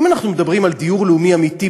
אם אנחנו מדברים על דיור לאומי אמיתי,